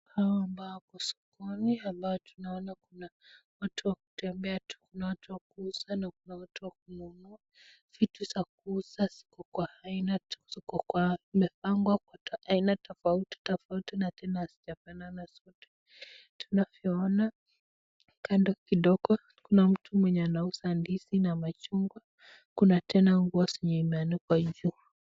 Hawa ambao wako sokoni ambao tunaona kuna watu wa kutembea tu, kuna watu wa kuuza na kuna watu wa kununua. Vitu za kuuza ziko kwa aina tu ziko kwa zimepangwa kwa aina tofauti tofauti na tena hazijafanana zote. Tunavyoona kando kidogo, kuna mtu mwenye anauza ndizi na machungwa. Kuna tena nguo zenye imeanuwa juu.